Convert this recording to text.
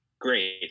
great